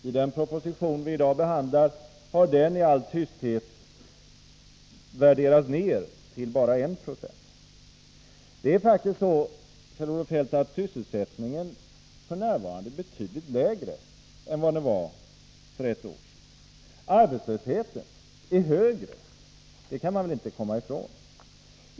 I den proposition vi i dag behandlar har den i all tysthet värderats ner till bara 1 90. Det är faktiskt så, Kjell-Olof Feldt, att sysselsättningen f. n. är betydligt lägre än den var för ett år sedan. Arbetslösheten är högre, det kan man väl inte komma ifrån.